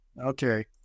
Okay